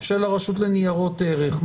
של הרשות לניירות ערך,